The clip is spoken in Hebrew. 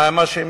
מה הם אשמים?